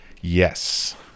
yes